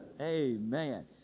Amen